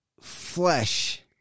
flesh